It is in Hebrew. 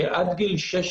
שעד גיל 16